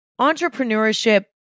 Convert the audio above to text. entrepreneurship